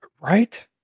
Right